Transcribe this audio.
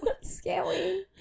scary